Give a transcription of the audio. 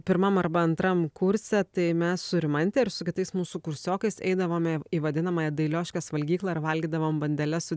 pirmam arba antram kurse tai mes su rimante ir su kitais mūsų kursiokais eidavome į vadinamąją dailioškės valgyklą ar valgydavom bandeles su